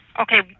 Okay